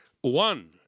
One